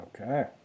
Okay